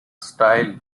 style